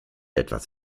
etwas